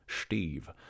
Steve